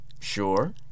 Sure